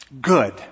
good